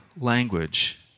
language